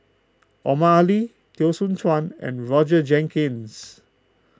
Omar Ali Teo Soon Chuan and Roger Jenkins